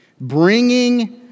Bringing